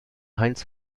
heinz